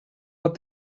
what